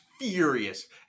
Furious